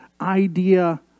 idea